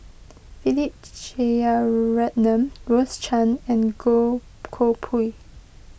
Philip Jeyaretnam Rose Chan and Goh Koh Pui